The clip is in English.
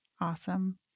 Awesome